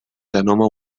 genoma